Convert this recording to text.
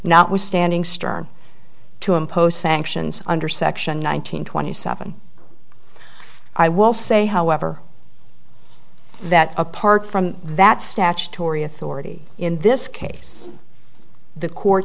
notwithstanding stern to impose sanctions under section nine hundred twenty seven i will say however that apart from that statutory authority in this case the court